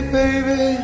baby